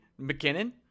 McKinnon